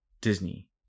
Disney